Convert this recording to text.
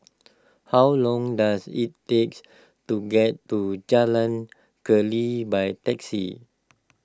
how long does it takes to get to Jalan Keli by taxi